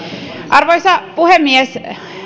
arvoisa puhemies